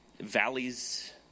valleys